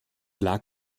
lag